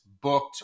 booked